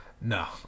No